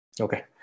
okay